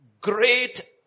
great